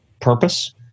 purpose